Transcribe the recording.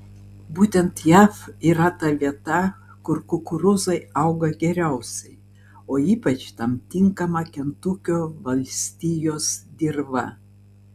būtent jav yra ta vieta kur kukurūzai auga geriausiai o ypač tam tinkama kentukio valstijos dirva